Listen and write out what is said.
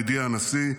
ידידי הנשיא,